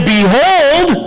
Behold